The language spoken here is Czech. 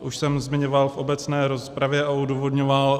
Už jsem zmiňoval v obecné rozpravě a odůvodňoval.